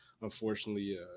unfortunately